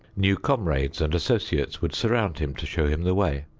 new comrades and associates would surround him to show him the way,